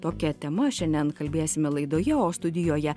tokia tema šiandien kalbėsime laidoje o studijoje